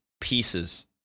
pieces